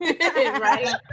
Right